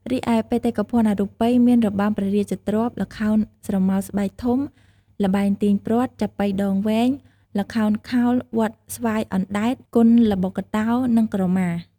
រីឯ បេតិភណ្ឌអរូបីមាន របាំព្រះរាជទ្រព្យ ល្ខោនស្រមោលស្បែកធំ ល្បែងទាញព្រ័ត្រ ចាប៉ីដងវែង ល្ខោនខោលវត្តស្វាយអណ្តែត គុនល្បុក្កតោ និងក្រមា។